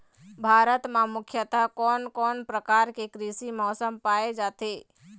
भारत म मुख्यतः कोन कौन प्रकार के कृषि मौसम पाए जाथे?